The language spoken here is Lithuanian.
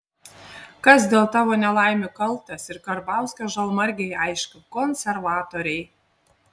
kas dėl tavo nelaimių kaltas ir karbauskio žalmargei aišku konservatoriai